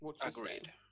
Agreed